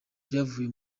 byavuye